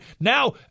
now